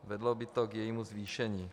Vedlo by to k jejímu zvýšení.